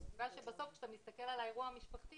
רק כאשר בסוף כשאתה מסתכל על האירוע המשפחתי,